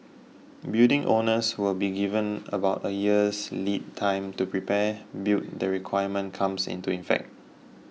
building owners will be given about a year's lead time to prepare build the requirement comes into effect